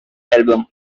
album